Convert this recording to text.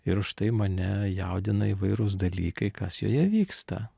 ir už tai mane jaudina įvairūs dalykai kas joje vyksta